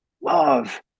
love